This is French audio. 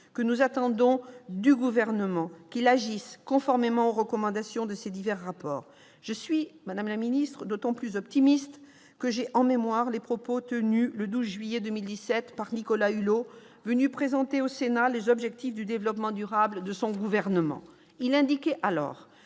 que nous attendons du Gouvernement qu'il agisse conformément aux recommandations de ces divers rapports. Je suis, madame la ministre, d'autant plus optimiste que j'ai en mémoire les propos tenus le 12 juillet 2017 par Nicolas Hulot venu présenter au Sénat les « objectifs du développement durable » de son gouvernement. Il a alors